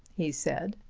he said.